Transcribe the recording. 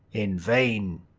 in vain.